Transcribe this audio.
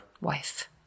Wife